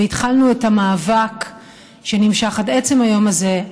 והתחלנו את המאבק שנמשך עד עצם היום הזה,